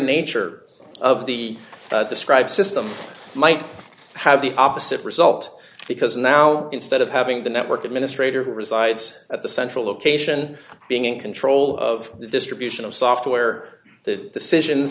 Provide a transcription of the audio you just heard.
nature of the described system might have the opposite result because now instead of having the network administrator who resides at the central location being in control of the distribution of software the decisions